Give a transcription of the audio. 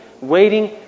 waiting